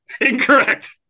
Incorrect